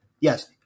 Yes